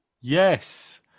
Yes